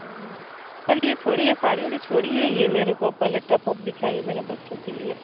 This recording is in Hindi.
चलिये छोड़िये साड़ी वाड़ी छोड़िये ये मेरे को पहले टब वब दिखाइये मेरे बच्चों के लिये